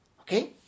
Okay